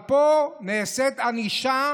פה נעשית ענישה